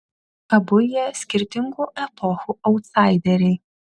abu jie skirtingų epochų autsaideriai